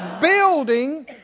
building